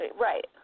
Right